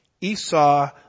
Esau